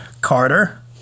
Carter